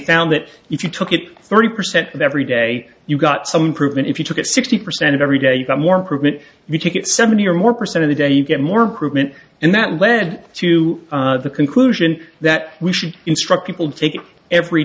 found that if you took it thirty percent of every day you got some improvement if you took it sixty percent of every day you got more improvement in the ticket seventy or more percent of the day you get more improvement and that led to the conclusion that we should instruct people to take it every